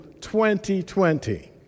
2020